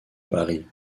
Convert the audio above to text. barry